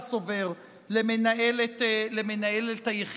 טוב, תלמדי את תולדות הציונות.